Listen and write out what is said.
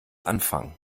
anfangen